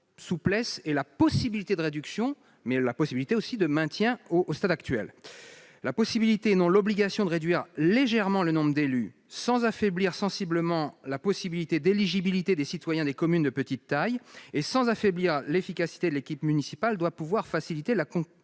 souplesse et la possibilité de réduction, mais la possibilité aussi de maintien au stade actuel, la possibilité, dans l'obligation de réduire légèrement le nombre d'élus sans affaiblir sensiblement la possibilité d'éligibilité des citoyens des communes de petite taille et sans affaiblir l'efficacité de l'équipe municipale doit pouvoir faciliter la qu'on